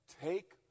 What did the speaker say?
Take